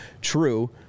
true